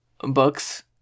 Books